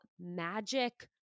magic